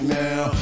now